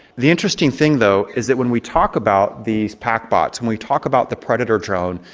the interesting thing though is that when we talk about these packbots and we talk about the predator drone,